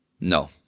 No